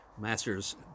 Masters